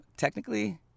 Technically